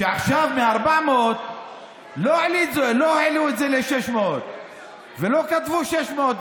היא שעכשיו מ-400 לא העלו את זה ל-600 ולא כתבו 600,